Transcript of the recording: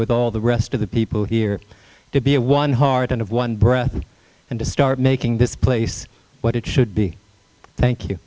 with all the rest of the people here to be a one heart and of one breath and to start making this place what it should be thank you